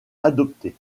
adopté